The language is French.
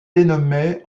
dénommé